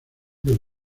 del